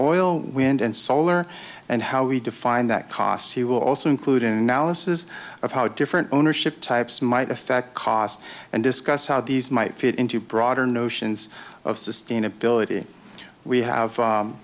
oil wind and solar and how we define that cost he will also include an analysis of how different ownership types might affect costs and discuss how these might fit into broader notions of sustainability we have